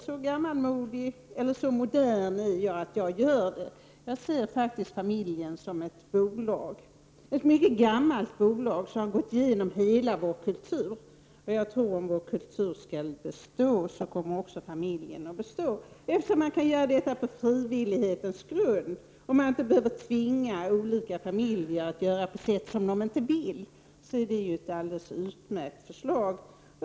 Så modern är jag att jag ser familjen som ett bolag, en mycket gammal form av bolag som funnits genom hela vår kultur. Jag tror att om vår kultur skall bestå, kommer också familjen att bestå. Eftersom uppdelningen sker på frivillighetens grund och inga familjer behöver tvingas att göra på ett sätt som de inte vill, är det ett alldeles utmärkt förslag.